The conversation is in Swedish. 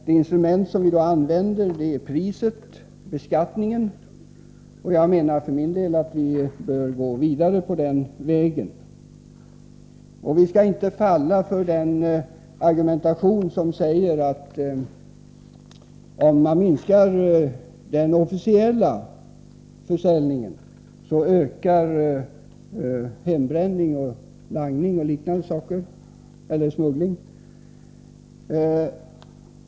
Det instrument som vi använder är priset, beskattningen, och jag menar för min del att vi bör gå vidare på den vägen. Vi skall inte falla för den argumentationen att om man minskar den officiella försäljningen ökar hembränning, langning och smuggling.